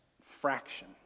fraction